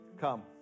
Come